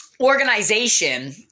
organization